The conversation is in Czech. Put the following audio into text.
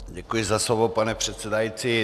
Děkuji za slovo, pane předsedající.